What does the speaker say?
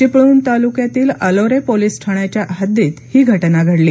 चिपळूण तालुक्यातील अलोरे पोलीस ठाण्याच्या हद्दीत ही घटना घडली